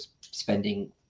spending